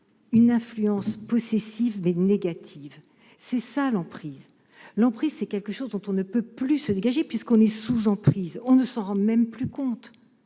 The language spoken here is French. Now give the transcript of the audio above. une affluence possessif négative, c'est ça, l'emprise l'emprise, c'est quelque chose dont on ne peut plus se dégager, puisqu'on est sous emprise, on ne s'en rendent même plus compte